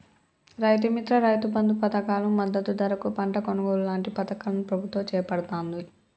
రైతు మిత్ర, రైతు బంధు పధకాలు, మద్దతు ధరకు పంట కొనుగోలు లాంటి పధకాలను ప్రభుత్వం చేపడుతాంది